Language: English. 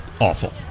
awful